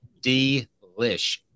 Delish